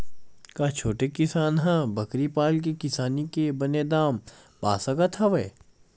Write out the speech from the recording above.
का छोटे किसान ह बकरी पाल के किसानी के बने दाम पा सकत हवय?